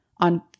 On